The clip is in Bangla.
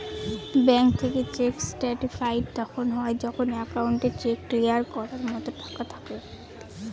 ব্যাঙ্ক থেকে চেক সার্টিফাইড তখন হয় যখন একাউন্টে চেক ক্লিয়ার করার মতো টাকা থাকে